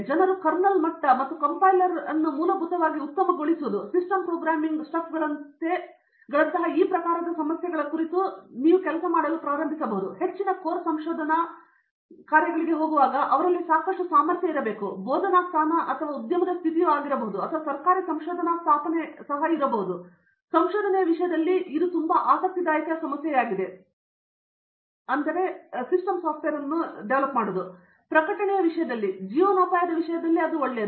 ಜನರು ಕರ್ನಲ್ ಮಟ್ಟ ಮತ್ತು ಕಂಪೈಲರ್ ಮೂಲಭೂತವಾಗಿ ಉತ್ತಮಗೊಳಿಸುವಿಕೆ ಮತ್ತು ಸಿಸ್ಟಮ್ ಪ್ರೋಗ್ರಾಮಿಂಗ್ ಸ್ಟಫ್ಗಳಂತಹ ಈ ಪ್ರಕಾರದ ಸಮಸ್ಯೆಗಳ ಕುರಿತು ಕೆಲಸ ಮಾಡಲು ಪ್ರಾರಂಭಿಸಿದರೆ ಹೆಚ್ಚಿನ ಕೋರ್ ಸಂಶೋಧನಾ ಕಾರ್ಯಗಳಿಗೆ ಹೋಗುವಾಗ ಅವರಲ್ಲಿ ಸಾಕಷ್ಟು ಸಾಮರ್ಥ್ಯವು ಬೋಧನಾ ಸ್ಥಾನ ಅಥವಾ ಉದ್ಯಮದ ಸ್ಥಿತಿಯಾಗಿರುತ್ತದೆ ಅಥವಾ ಸರ್ಕಾರಿ ಸಂಶೋಧನಾ ಸ್ಥಾಪನೆ ಆವೃತ್ತಿಗಳು ಸಹ ಆದ್ದರಿಂದ ಸಂಶೋಧನೆಯ ವಿಷಯದಲ್ಲಿ ಇದು ತುಂಬಾ ಆಸಕ್ತಿದಾಯಕ ಸಮಸ್ಯೆಯಾಗಿದೆ ಪ್ರಕಟಣೆಯ ವಿಷಯದಲ್ಲಿ ಜೀವನೋಪಾಯದ ವಿಷಯದಲ್ಲಿ ಅದು ಒಳ್ಳೆಯದು